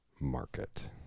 Market